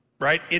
right